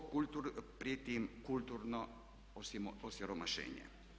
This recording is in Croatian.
Prijeti im kulturno osiromašenje.